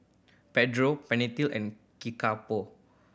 Pedro Pantene and Kickapoo